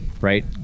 right